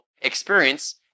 experience